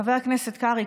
חבר הכנסת קרעי,